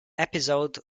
episode